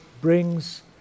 brings